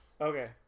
Okay